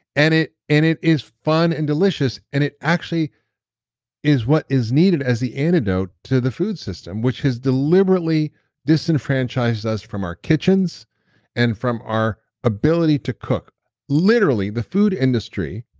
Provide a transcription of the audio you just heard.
and it and it is fun and delicious, and it actually is what is needed as the antidote to the food system, which has deliberately disenfranchised us from our kitchens and from our ability to cook literally the food industry,